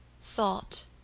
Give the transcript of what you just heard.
Thought